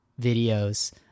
videos